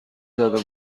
زده